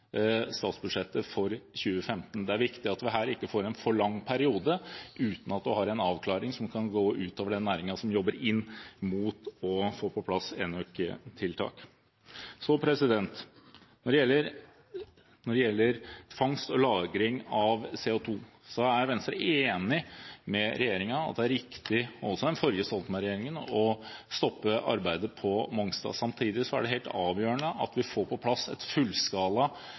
statsbudsjettet for 2015. Det er viktig at vi ikke her får en for lang periode uten at vi har en avklaring, noe som kan gå ut over den næringen som jobber inn mot å få på plass enøktiltak. Når det gjelder fangst og lagring av CO2, er Venstre enig med regjeringen, og også den forrige, Stoltenberg-regjeringen, i at det er riktig å stoppe arbeidet på Mongstad. Samtidig er det helt avgjørende at vi får på plass et